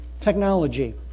technology